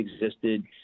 existed